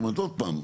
עוד פעם,